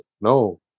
no